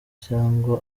cyangwa